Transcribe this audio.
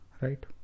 Right